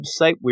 website